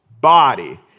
body